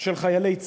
של חיילי צה"ל,